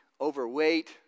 overweight